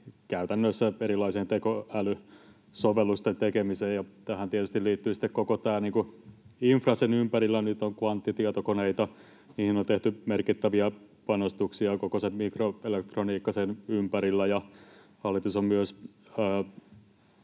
käytännössä erilaisten tekoälysovellusten tekemiseen. Tähän tietysti liittyy koko tämä infra sen ympärillä — nyt on kvanttitietokoneita, niihin on tehty merkittäviä panostuksia, koko se mikroelektroniikka sen ympärillä. Hallitus on myös